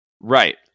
Right